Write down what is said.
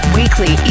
weekly